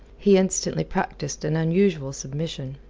he instantly practised an unusual submission.